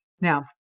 Now